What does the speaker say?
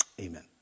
Amen